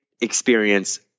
experience